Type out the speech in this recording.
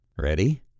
Ready